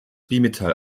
bimetall